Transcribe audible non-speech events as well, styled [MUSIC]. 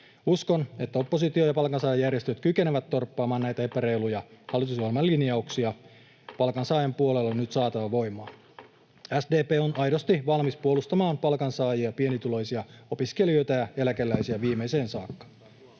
Uskon, että oppositio ja palkansaajajärjestöt kykenevät torppaamaan näitä epäreiluja hallitusohjelman linjauksia. Palkansaajan puolelle on nyt saatava voimaa. [NOISE] SDP on aidosti valmis puolustamaan palkansaajia, pienituloisia, opiskelijoita ja eläkeläisiä viimeiseen saakka.